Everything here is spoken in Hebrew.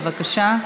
בבקשה.